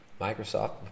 microsoft